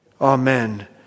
Amen